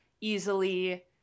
easily